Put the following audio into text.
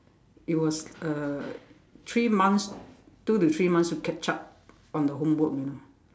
it was uh three months two to three months to catch up on the homework you know